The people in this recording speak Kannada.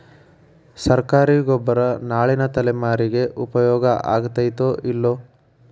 ಸರ್ಕಾರಿ ಗೊಬ್ಬರ ನಾಳಿನ ತಲೆಮಾರಿಗೆ ಉಪಯೋಗ ಆಗತೈತೋ, ಇಲ್ಲೋ?